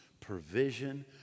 provision